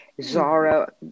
Zara